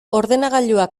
ordenagailua